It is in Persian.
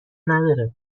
نداره